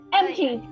empty